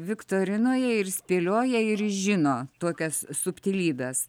viktorinoje ir spėlioja ir žino tokias subtilybes